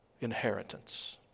inheritance